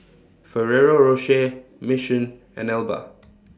Ferrero Rocher Mission and Alba